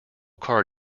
car